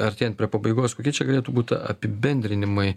artėjant prie pabaigos kokie čia galėtų būt apibendrinimai